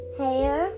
hair